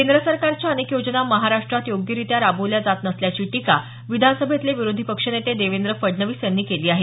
केंद्र सरकारच्या अनेक योजना महाराष्ट्रात योग्यरित्या राबवल्या जात नसल्याची टीका विधानसभेतले विरोधी पक्षनेते देवेंद्र फडणवीस यांनी केली आहे